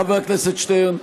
חבר הכנסת שטרן,